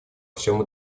всем